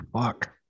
fuck